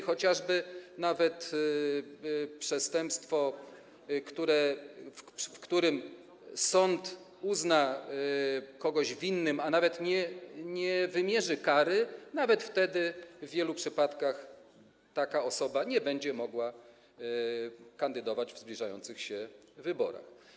Chociażby nawet przestępstwo, w przypadku którego sąd uzna kogoś winnym, a nawet nie wymierzy kary - nawet wtedy w wielu przypadkach taka osoba nie będzie mogła kandydować w zbliżających się wyborach.